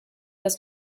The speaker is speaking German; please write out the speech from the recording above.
das